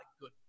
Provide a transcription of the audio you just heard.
good